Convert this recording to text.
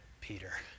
Peter